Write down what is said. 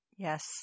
Yes